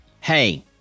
hey